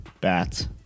Bats